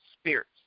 spirits